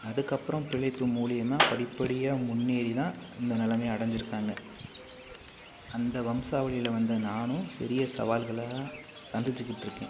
அதுக்கப்புறம் பிழைப்பு மூலிமா படிப் படியாக முன்னேறி தான் இந்த நிலமைய அடைஞ்சிருக்காங்க அந்த வம்சா வழியில் வந்த நானும் பெரிய சவால்களலாம் சந்திச்சுக்கிட்டுருக்கேன்